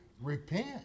repent